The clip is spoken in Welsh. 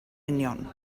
union